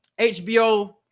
HBO